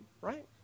right